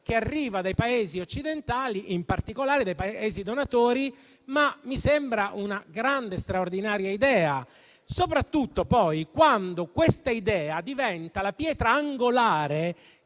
che arriva dai Paesi occidentali, in particolare dai Paesi donatori, mi sembra una grande e straordinaria idea, soprattutto, poi, quando essa diventa la pietra angolare